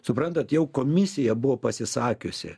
suprantat jau komisija buvo pasisakiusi